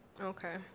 okay